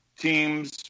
teams